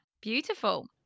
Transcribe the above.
beautiful